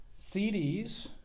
CDs